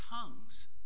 tongues